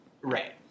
Right